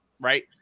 right